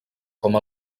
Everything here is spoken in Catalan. com